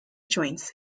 joints